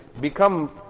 Become